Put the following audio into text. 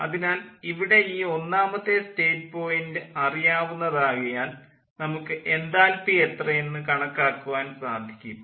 അതിനാൽ ഇവിടെ ഈ ഒന്നാമത്തെ സ്റ്റേറ്റ് പോയിൻ്റ് അറിയാവുന്നത് ആകയാൽ നമുക്ക് എൻതാൽപ്പി എത്രയെന്ന് കണക്കാക്കുവാൻ സാധിക്കും